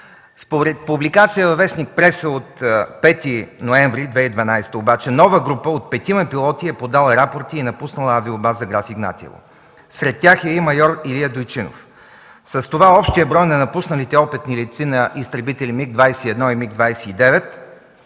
публикация във вестник „Преса” от 5 ноември 2012 г. обаче нова група от петима пилоти е подала рапорти и е напуснала авиобаза „Граф Игнатиево”. Сред тях е и майор Илия Дойчинов. С това общият брой на напусналите опитни летци на изтребители МиГ-21 и МиГ-29